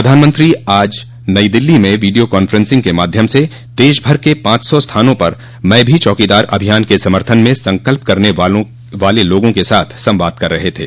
प्रधानमंत्री आज नई दिल्ली में वीडियो कॉन्फ्रेंसिंग के माध्यम से देशभर के पांच सौ स्थानों पर मैं भी चौकीदार अभियान के समर्थन में संकल्प करने वाले लोगों के साथ संवाद कर रहे थे